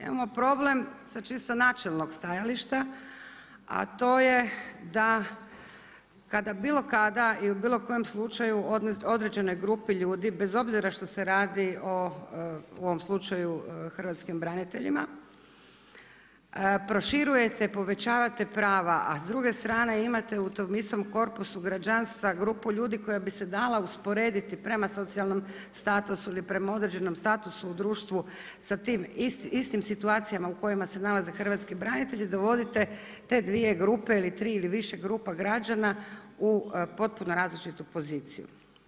Imamo problem, sa čisto načelnog stajališta, a to je da kada bilo kada i u bilo kojem slučaju određenoj grupi ljudi, bez obzira što se radi o, u ovom slučaju hrvatskim braniteljima, proširujete, povećavate prava, a s druge strane imate u tom istom korpusu građanstva grupu ljudi koja bi se dala usporediti prema socijalnom statusu ili prema određenom statusu u društvu sa tim istim situacijama u kojima se nalaze hrvatski branitelji, dovoditi te dvije grupe ili 3 ili više grupa građana u potpunu različitu poziciju.